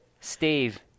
Steve